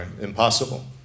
impossible